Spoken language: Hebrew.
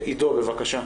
עדו, בבקשה.